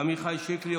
עמיחי שיקלי,